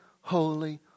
holy